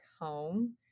home